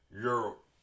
Europe